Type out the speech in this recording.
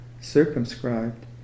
circumscribed